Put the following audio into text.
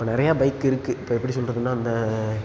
இப்போ நிறையா பைக் இருக்குது இப்போ எப்படி சொல்வதுன்னா இந்த